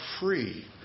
free